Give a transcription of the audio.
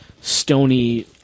stony